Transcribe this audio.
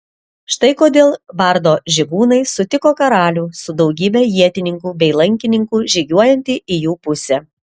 štai kodėl bardo žygūnai sutiko karalių su daugybe ietininkų bei lankininkų žygiuojantį į jų pusę